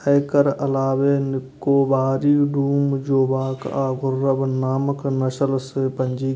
एकर अलावे निकोबारी, डूम, जोवॉक आ घुर्राह नामक नस्ल सेहो पंजीकृत छै